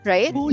Right